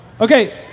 Okay